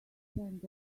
spend